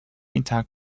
intact